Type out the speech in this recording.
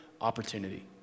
opportunity